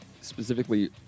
specifically